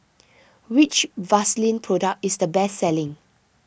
which Vaselin Product is the best selling